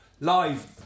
Live